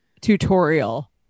tutorial